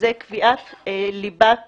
זה קביעת ליבת